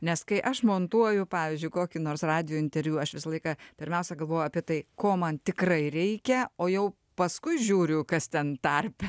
nes kai aš montuoju pavyzdžiui kokį nors radijo interviu aš visą laiką pirmiausia galvoju apie tai ko man tikrai reikia o jau paskui žiūriu kas ten tarpe